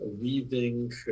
weaving